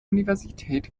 universität